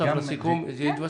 זה יתווסף.